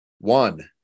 One